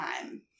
time